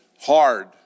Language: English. hard